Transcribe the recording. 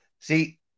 see